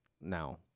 now